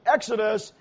Exodus